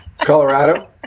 Colorado